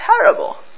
terrible